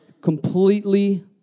completely